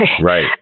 Right